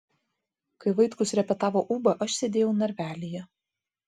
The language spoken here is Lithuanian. kai vaitkus repetavo ūbą aš sėdėjau narvelyje